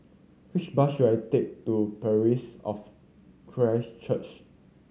which bus should I take to Parish of Christ Church